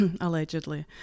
allegedly